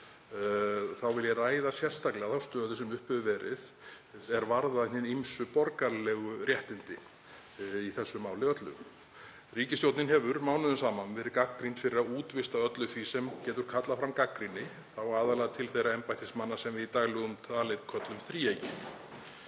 Ég vil ræða sérstaklega þá stöðu sem uppi hefur verið er varðar hin ýmsu borgaralegu réttindi í þessu máli öllu. Ríkisstjórnin hefur mánuðum saman verið gagnrýnd fyrir að útvista öllu því sem getur kallað fram gagnrýni, þá aðallega til þeirra embættismanna sem við í daglegu tali köllum þríeykið.